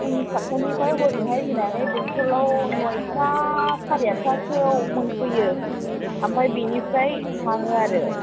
फुंनि पास्तानिफ्राय हजोंहाय फैनानै बेंथलाव नयथा साराय आदथासोआव मोनफैयो ओमफ्राय बेनिफ्राय थाङो आरो